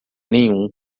nenhum